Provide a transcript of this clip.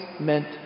meant